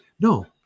No